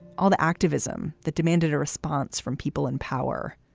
all the activism that demanded a response from people in power.